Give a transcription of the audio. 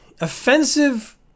offensive